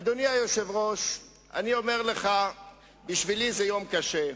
אדוני היושב-ראש, אני אומר לך שבשבילי זה יום קשה.